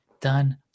done